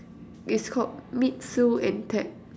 it's called meet Sue and Ted